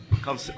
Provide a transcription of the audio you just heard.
come